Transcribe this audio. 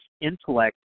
intellect